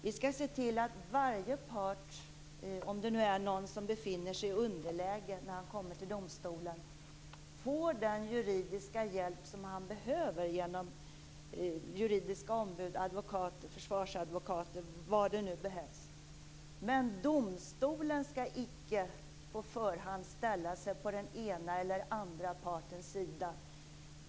Vi skall se till att varje part - om det nu är någon som befinner sig i underläge när han kommer till domstolen - får den juridiska hjälp han behöver av juridiska ombud, försvarsadvokater eller vad som behövs. Men domstolen skall inte på förhand ställa sig på den ena eller andra partens sida.